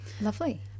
Lovely